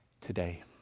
today